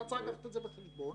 אני בטוח שזה מונח על שולחנך,